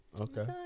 Okay